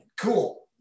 Cool